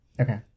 Okay